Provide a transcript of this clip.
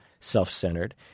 self-centered